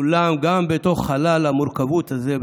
אולם גם בתוך חלל המורכבות הזה,